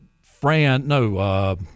Fran—no